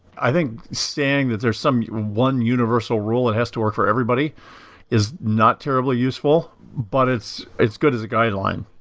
i think saying that there's some one universal rule that has to work for everybody is not terribly useful, but it's it's good as a guideline.